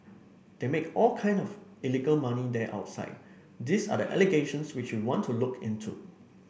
they make all kind of illegal money there outside these are the allegations which we want to look into